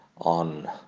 on